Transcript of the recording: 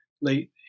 late